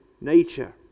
nature